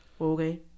okay